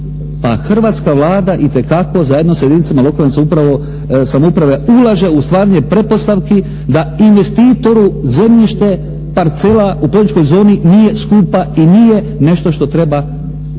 hrvatska Vlada itekako zajedno sa jedinicama lokane samouprave ulaže u stvaranje pretpostavki da investitoru zemljište, parcela u … /Ne razumije se./ … zoni nije skupa i nije nešto što treba